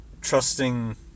trusting